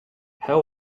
how